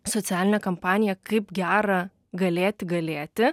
socialinė kampanija kaip gera galėti galėti